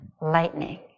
lightning